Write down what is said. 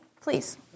Please